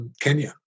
Kenya